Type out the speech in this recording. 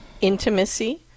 intimacy